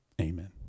Amen